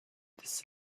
des